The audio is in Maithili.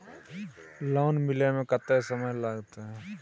लोन मिले में कत्ते समय लागते?